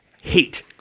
Hate